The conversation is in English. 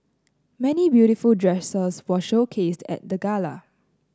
many beautiful dresses were showcased at the gala